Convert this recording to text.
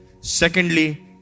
secondly